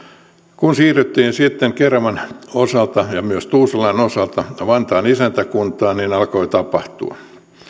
kun siirryttiin sitten keravan ja myös tuusulan osalta vantaan isäntäkuntaan niin alkoi tapahtua